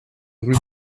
rübe